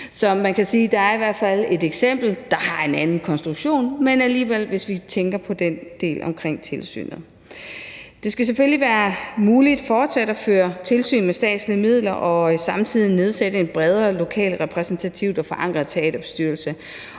hvert fald sige, at der er et eksempel, der har en anden konstruktion, hvis vi tænker på den del omkring tilsynet. Det skal selvfølgelig være muligt fortsat at føre tilsyn med statslige midler og samtidig nedsætte en bredere lokalt og repræsentativt forankret teaterbestyrelse,